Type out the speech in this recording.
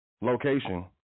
Location